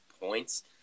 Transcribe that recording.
points